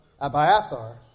Abiathar